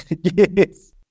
Yes